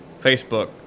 Facebook